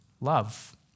Love